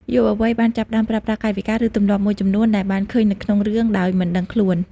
យុវវ័យបានចាប់ផ្តើមប្រើប្រាស់កាយវិការ ឬទម្លាប់មួយចំនួនដែលបានឃើញនៅក្នុងរឿងដោយមិនដឹងខ្លួន។